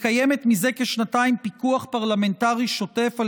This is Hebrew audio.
מקיימת זה כשנתיים פיקוח פרלמנטרי שוטף על